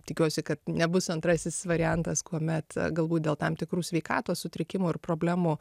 tikiuosi kad nebus antrasis variantas kuomet galbūt dėl tam tikrų sveikatos sutrikimų ir problemų